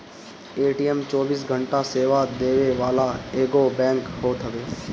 ATM चौबीसों घंटा सेवा देवे वाला एगो बैंक होत हवे